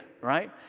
right